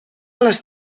les